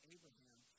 Abraham